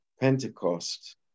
Pentecost